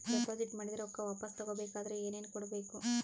Deposit ಮಾಡಿದ ರೊಕ್ಕ ವಾಪಸ್ ತಗೊಬೇಕಾದ್ರ ಏನೇನು ಕೊಡಬೇಕು?